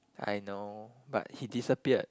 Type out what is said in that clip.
I know but he disappeared